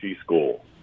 school